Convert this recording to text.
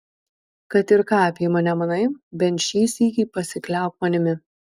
kad ir ką apie mane manai bent šį sykį pasikliauk manimi